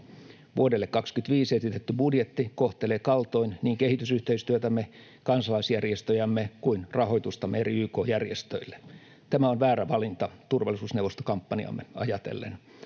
Vuodelle 2025 esitetty budjetti kohtelee kaltoin niin kehitysyhteistyötämme, kansalaisjärjestöjämme kuin rahoitustamme eri YK-järjestöille. Tämä on väärä valinta turvallisuusneuvostokampanjaamme ajatellen.